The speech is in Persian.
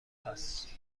هست